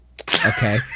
Okay